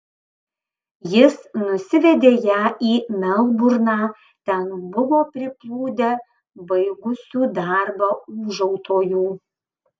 jis nusivedė ją į melburną ten buvo priplūdę baigusių darbą ūžautojų